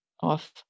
off